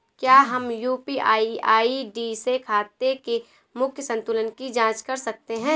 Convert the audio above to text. क्या हम UPI ID से खाते के मूख्य संतुलन की जाँच कर सकते हैं?